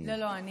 לא, אני